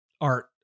art